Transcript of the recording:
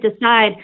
decide